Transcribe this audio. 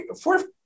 fourth